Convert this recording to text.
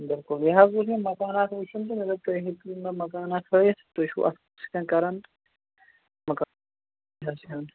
بِلکُل مےٚ حظ اوس یہِ مکان اکھ وُچھُن تہٕ مےٚ دوٚپ تُہۍ ہیٚکِو مےٚ مکان ہٲوِتھ تُہۍ چھُو اَتھ سۭتۍ کَران مکان اوس ہیوٚن